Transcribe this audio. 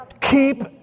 Keep